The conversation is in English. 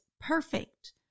perfect